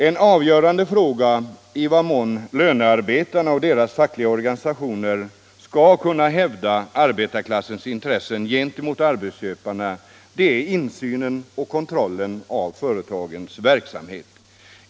En avgörande fråga när det gäller i vad mån lönarbetarna och deras fackliga organisationer skall kunna hävda arbetarklassens intressen gentemot arbetsköparna är insynen i och kontrollen av företagens verksamhet.